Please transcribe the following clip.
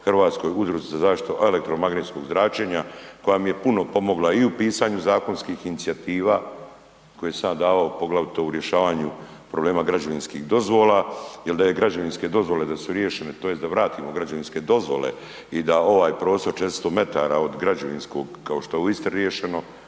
Hrvatskoj udruzi za zaštitu elektromagnetskog zračenja koja mi je puno pomogla i u pisanju zakonskih inicijativa koje sam ja davao poglavito u rješavanju problema građevinskih dozvola. Jer da je građevinske dozvole da su riješene tj. da vratimo građevinske dozvole i da ovaj prostor 400 metara od građevinskog kao što je u Istri riješeno,